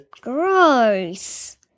Gross